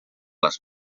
les